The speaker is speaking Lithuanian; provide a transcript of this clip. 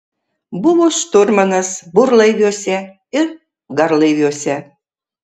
buvo šturmanas burlaiviuose ir garlaiviuose